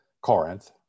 Corinth